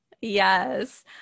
Yes